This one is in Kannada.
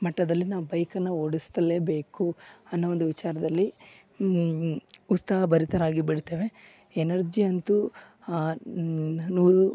ಮಟ್ಟದಲ್ಲಿ ನಾವು ಬೈಕನ್ನ ಓಡಿಸ್ತಲೇ ಬೇಕು ಅನ್ನೋ ಒಂದು ವಿಚಾರದಲ್ಲಿ ಉತ್ಸಾಹಭರಿತರಾಗಿ ಬಿಡ್ತೇವೆ ಎನರ್ಜಿ ಅಂತು ನೂ